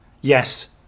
Yes